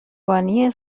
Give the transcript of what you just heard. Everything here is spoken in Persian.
بانی